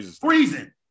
Freezing